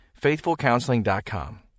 FaithfulCounseling.com